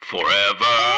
Forever